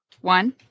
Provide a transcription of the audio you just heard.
One